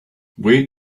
wait